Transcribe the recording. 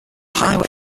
highway